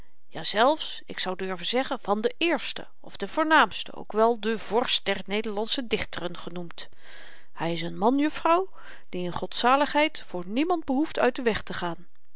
plechtigheid jazelfs ik zou durven zeggen van den eersten of den voornaamsten ook wel de vorst der nederlandsche dichteren genoemd hy is n man juffrouw die in godzaligheid voor niemand behoeft uit den weg te gaan